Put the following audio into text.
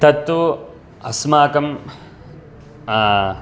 तत्तु अस्माकं